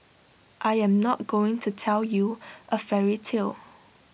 I am not going to tell you A fairy tale